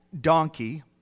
donkey